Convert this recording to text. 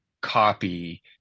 copy